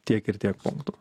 tiek ir tiek punktų